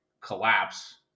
collapse